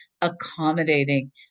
accommodating